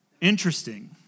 interesting